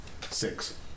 Six